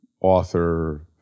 author